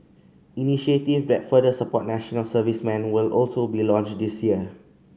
initiative that further support national serviceman will also be launched this year